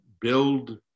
build